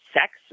sex